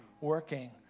working